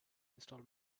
install